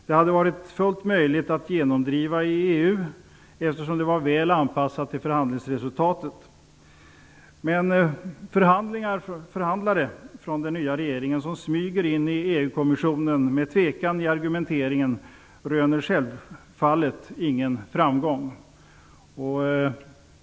Det hade varit fullt möjligt att genomdriva i EU, eftersom det var väl anpassat till förhandlingsresultatet. Men förhandlare från den nya regeringen, som smyger in i EU kommissionen med tvekan i argumenteringen, röner självfallet ingen framgång.